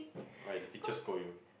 oh right the teacher scold you